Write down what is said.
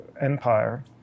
empire